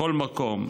מכל מקום,